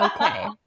okay